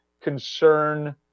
concern